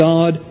God